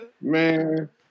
man